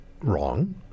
wrong